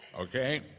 okay